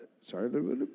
Sorry